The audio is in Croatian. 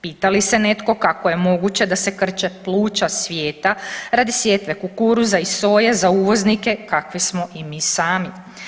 Pita li se netko kako je moguće da se krče pluća svijeta radi sjetve kukuruza i soje za uvoznike kakve smo i mi sami?